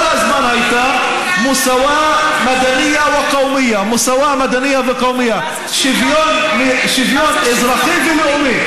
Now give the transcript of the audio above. כל הזמן הייתה (אומר בערבית ומתרגם:) שוויון אזרחי ולאומי.